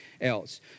else